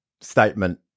statement